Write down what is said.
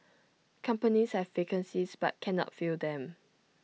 companies have vacancies but cannot fill them